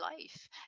life